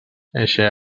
eixe